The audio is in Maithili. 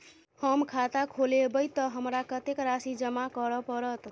हम खाता खोलेबै तऽ हमरा कत्तेक राशि जमा करऽ पड़त?